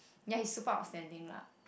ya he superb outstanding lah